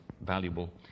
valuable